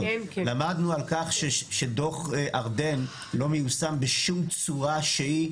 למדנו על כך שדוח ארדן לא מיושם בשום צורה שהיא,